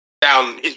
down